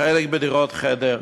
חלק בדירות חדר,